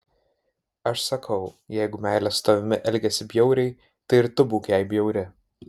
aš sakau jeigu meilė su tavimi elgiasi bjauriai tai ir tu būk jai bjauri